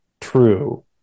true